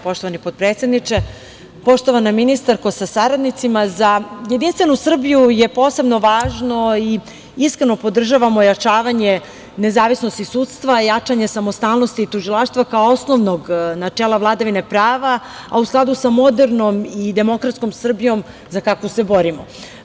Poštovani potpredsedniče, poštovana ministarko sa saradnicima, za Jedinstvenu Srbiju je posebno važno i iskreno podržavamo ojačavanje nezavisnosti sudstva, jačanje samostalnosti tužilaštva kao osnovnog načela vladavine prava, a u skladu sa modernom i demokratskom Srbijom za kakvu se borimo.